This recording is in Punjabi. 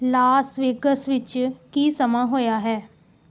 ਲਾਸ ਵੇਗਸ ਵਿੱਚ ਕੀ ਸਮਾਂ ਹੋਇਆ ਹੈ